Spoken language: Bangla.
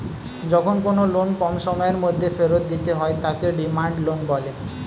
যখন কোনো লোন কম সময়ের মধ্যে ফেরত দিতে হয় তাকে ডিমান্ড লোন বলে